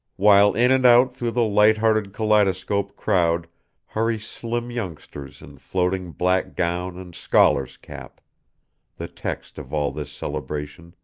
while in and out through the light-hearted kaleidoscopic crowd hurry slim youngsters in floating black gown and scholar's cap the text of all this celebration,